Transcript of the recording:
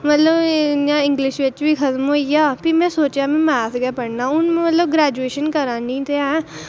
ते भी इंग्लिश बिच बी खत्म होइया ते भी में सोचेआ मैथ बिच पढ़ना हून में मतलब ग्रेजूएशन करा नी ते ऐं